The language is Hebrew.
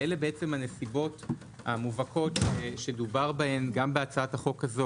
שאלה בעצם הנסיבות המובהקות שדובר בהן גם בהצעת החוק הזו.